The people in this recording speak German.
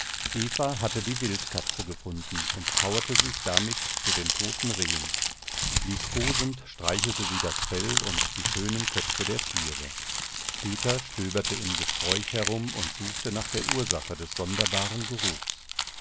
eva hatte die wildkatze gefunden und kauerte sich damit zu den toten rehen liebkosend streichelte sie das fell und die schönen köpfe der tiere peter stöberte im gesträuch herum und suchte nach der ursache des sonderbaren geruchs